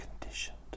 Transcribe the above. conditioned